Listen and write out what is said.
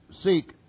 seek